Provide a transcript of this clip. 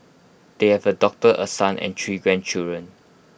they have A doctor A son and three grandchildren